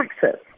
taxes